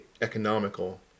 economical